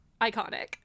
iconic